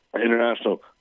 International